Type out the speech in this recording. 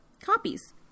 copies